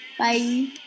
Bye